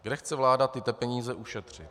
Kde chce vláda tyto peníze ušetřit?